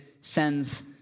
sends